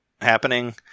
happening